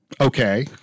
Okay